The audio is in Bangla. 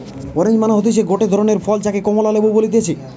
অরেঞ্জ মানে হতিছে গটে ধরণের ফল যাকে কমলা লেবু বলতিছে